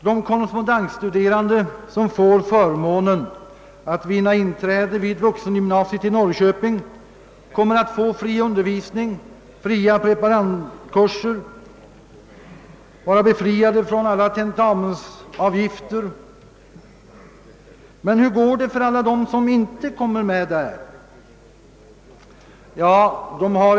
De korrespondensstuderande som får förmånen att vinna inträde vid vuxengymnasiet i Norrköping kommer att få fri undervisning, fria preparandkurser och vara befriade från alla tentamensavgifter, men hur går det för alla dem som inte kommer med där?